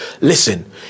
Listen